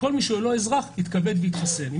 כל מי שהוא לא אזרח יתכבד ויתחסן; אם